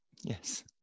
Yes